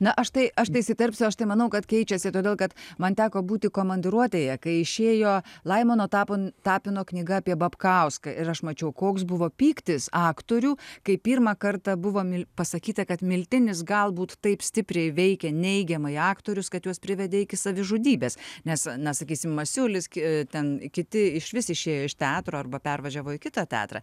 na aš tai aš tai įsiterpsiu aš tai manau kad keičiasi todėl kad man teko būti komandiruotėje kai išėjo laimono tapon tapino knyga apie babkauską ir aš mačiau koks buvo pyktis aktorių kai pirmą kartą buvo pasakyta kad miltinis galbūt taip stipriai veikia neigiamai aktorius kad juos privedė iki savižudybės nes na sakysime masiulis gi ten kiti išvis išėjo iš teatro arba pervažiavo į kitą teatrą